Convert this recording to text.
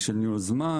של ניהול זמן.